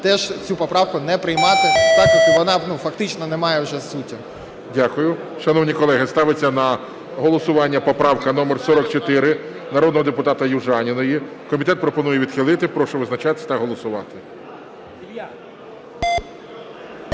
теж цю поправку не приймати так як вона фактично не має вже суті. ГОЛОВУЮЧИЙ. Дякую. Шановні колеги, ставиться на голосування поправка номер 44 народного депутата Южаніної. Комітет пропонує відхилити. Прошу визначатись та голосувати.